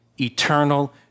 eternal